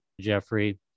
Jeffrey